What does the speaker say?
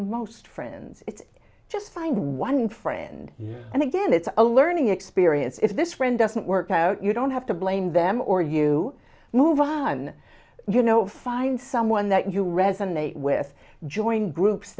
most friends it's just find one friend and again it's a learning experience if this friend doesn't work out you don't have to blame them or you move on you know find someone that you resonate with join groups